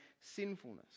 sinfulness